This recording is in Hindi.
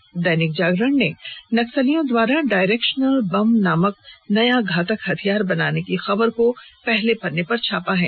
वहीं दैनिक जागरण ने नक्सलियों द्वारा डायरेक्शनल बम नामक नया घातक हथियार बनाने की खबर को पहले पन्ने पर छापा है